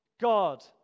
God